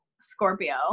Scorpio